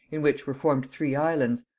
in which were formed three islands,